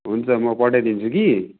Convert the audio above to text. हुन्छ म पठाइदिन्छु कि